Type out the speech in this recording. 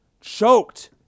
choked